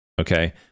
okay